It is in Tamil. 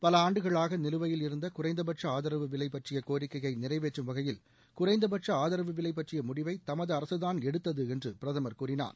பல ஆண்டுகளாக நிலுவையில் இருந்த குறைந்தபட்ச ஆதரவு விலை பற்றிய கோரிக்கையை நிறைவேற்றும் வகையில் குறைந்தபட்ச ஆதரவு விலை பற்றிய முடிவை தமது அரசுதான் எடுத்தது என்று பிரதமர் கூறினார்